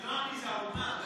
זה לא אני, זה, קראתי,